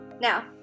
Now